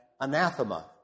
anathema